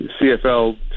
CFL